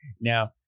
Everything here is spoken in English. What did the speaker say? Now